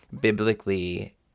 biblically